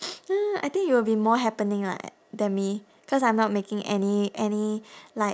I think you will be more happening lah a~ than me cause I'm not making any any like